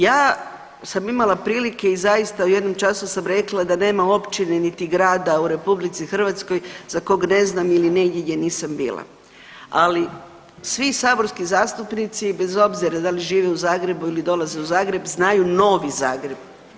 Ja sam imala prilike i zaista u jednom času sam rekla da nema općine niti grada u RH za kog ne znam ili negdje gdje nisam bila, ali svi saborski zastupnici bez obzira da li žive u Zagrebu ili dolaze u Zagreb znaju Novi Zagreb.